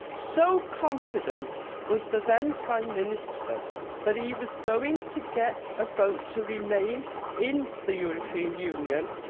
so confident was the then prime minister that he was going to get a vote to remain in the european union,